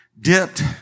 dipped